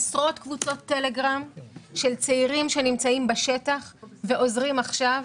עשרות קבוצות טלגרם של צעירים שנמצאים בשטח ועוזרים עכשיו.